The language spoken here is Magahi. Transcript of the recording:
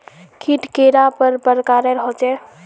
कीट कैडा पर प्रकारेर होचे?